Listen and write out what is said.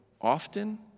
often